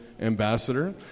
ambassador